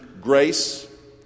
grace